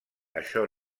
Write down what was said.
això